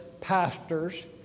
pastors